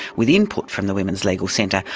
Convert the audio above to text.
with input from the women's legal centre.